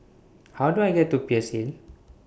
How Do I get to Peirce Hill